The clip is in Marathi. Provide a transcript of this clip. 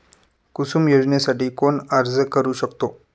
कुसुम योजनेसाठी कोण अर्ज करू शकतो?